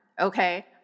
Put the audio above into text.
okay